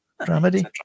dramedy